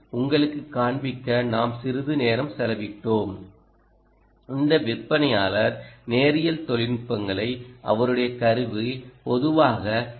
உங்களுக்குக் காண்பிக்க நாம் சிறிது நேரம் செலவிட்டோம் இந்த விற்பனையாளர் நேரியல் தொழில்நுட்பங்களை அவருடைய கருவி பொதுவாக எல்